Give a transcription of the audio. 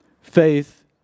Faith